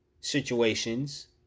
situations